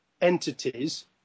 entities